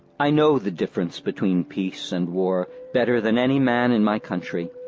i know the difference between peace and war better than any man in my country.